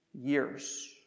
years